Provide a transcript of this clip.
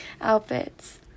outfits